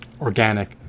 organic